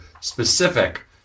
specific